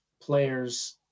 players